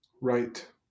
Right